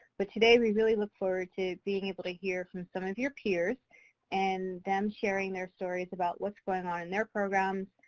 but today we really look forward to being able to hear from some of your peers and them sharing their stories about what's going on in their programs,